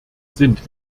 sind